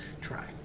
Try